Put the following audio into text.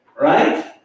Right